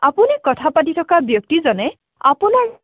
আপুনি কথা পাতি থকা ব্যক্তিজনে আপোনাৰ